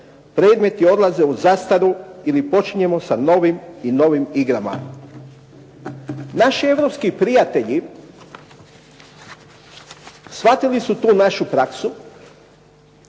predmeti odlaze u zastaru ili počinjemo sa novim i novim igrama. Naši Europski prijatelji shvatili su tu našu praksu,